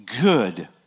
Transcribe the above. good